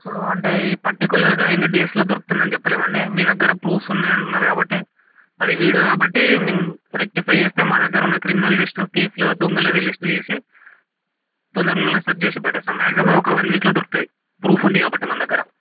అంటే పర్టికలర్గా ఇన్ని డేస్లో దొరుకుతుందని చెప్పలేం అండి మీ దగ్గర ప్రూప్ ఉన్నాయి అంటున్నారు కాబట్టి అది వీడియో బట్టి మేము రెట్టిఫై చేస్తే మా దగ్గర ఉన్నా క్రిమినల్ లిస్టుల టీస్ల దొంగలవి లిస్ట్ తీసి తొందరలోనే సర్చ్ చేసి పట్టేస్తాం మ్యాగ్జిమమ్ ఒక వన్వీక్లో దొరుకుతుంది ప్రూఫ్ ఉంది కాబట్టి మన దగ్గర